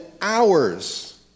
hours